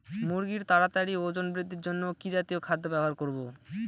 মুরগীর তাড়াতাড়ি ওজন বৃদ্ধির জন্য কি জাতীয় খাদ্য ব্যবহার করব?